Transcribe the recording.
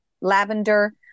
lavender